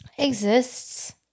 Exists